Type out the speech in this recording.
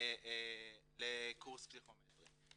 לקורס פסיכומטרי.